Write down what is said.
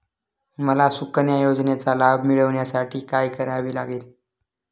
मला सुकन्या योजनेचा लाभ मिळवण्यासाठी काय करावे लागेल?